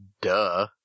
Duh